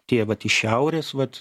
tie vat iš šiaurės vat